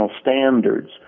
standards